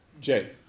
Jay